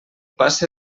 passe